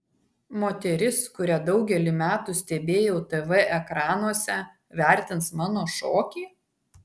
moteris kurią daugelį metų stebėjau tv ekranuose vertins mano šokį